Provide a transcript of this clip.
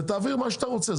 ותעביר מה שאתה רוצה.